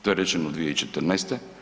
To je rečeno 2014.